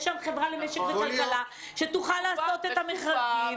יש שם חברה למשק וכלכלה שתוכל לעשות את המכרזים.